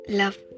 love